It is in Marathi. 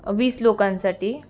वीस लोकांसाठी